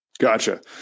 Gotcha